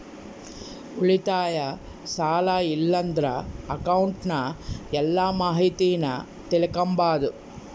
ಉಳಿತಾಯ, ಸಾಲ ಇಲ್ಲಂದ್ರ ಅಕೌಂಟ್ನ ಎಲ್ಲ ಮಾಹಿತೀನ ತಿಳಿಕಂಬಾದು